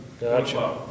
Gotcha